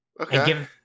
Okay